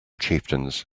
chieftains